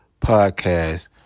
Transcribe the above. Podcast